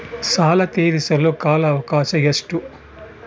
ಸಾಲ ತೇರಿಸಲು ಕಾಲ ಅವಕಾಶ ಎಷ್ಟು?